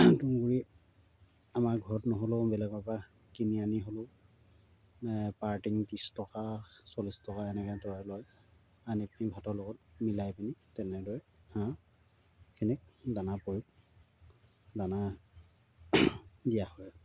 তুঁহ গুৰি আমাৰ ঘৰত নহ'লেও বেলেগৰপৰা কিনি আনি হ'লেও পাৰ টিং ত্ৰিছ টকা চল্লিছ টকা এনেকৈ ধৰা লয় আনি পিনি ভাতৰ লগত মিলাই পিনি তেনেদৰে হাঁহখিনিক দানা দানা দিয়া হয়